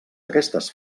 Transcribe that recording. aquestes